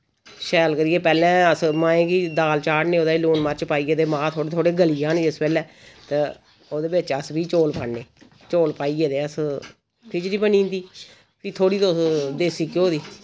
शैल करियै पैह्ले अस माहें गी दाल चाढ़ने उ'दे च लून मर्च पाइयै ते मांह् थोह्ड़े थोह्ड़े गली जान जिस वेल्लै ते ओह्दे विच अस बी चौल पाने चौल पाइयै ते अस खिचड़ी बनिंदी फ्ही थोह्ड़ी तुस देसी घ्यो दी